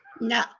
no